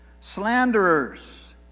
Slanderers